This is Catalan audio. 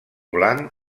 blanc